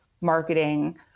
marketing